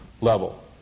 level